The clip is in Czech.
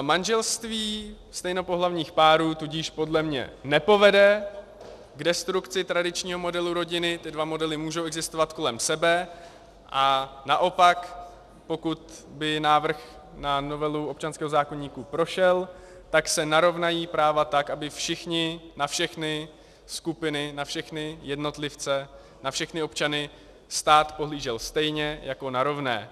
Manželství stejnopohlavních párů tudíž podle mě nepovede k destrukci tradičního modelu rodiny, ty dva modely můžou existovat kolem sebe, a naopak, pokud by návrh na novelu občanského zákoníku prošel, tak se narovnají práva tak, aby na všechny skupiny, na všechny jednotlivce, na všechny občany stát pohlížel stejně jako na rovné.